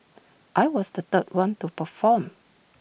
I was the third one to perform